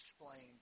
explain